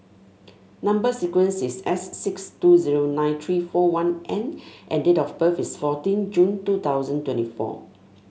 number sequence is S six two zero nine three four one N and date of birth is fourteen June two thousand twenty four